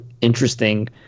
interesting